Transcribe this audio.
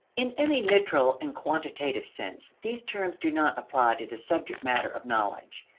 in any literal and quantitative sense, these terms do not apply to the subject matter of knowledge,